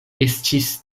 estis